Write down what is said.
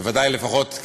לפחות,